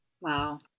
Wow